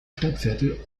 stadtviertel